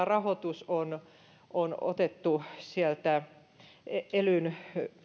rahoitus tähän on otettu elyn